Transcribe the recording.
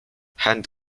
hand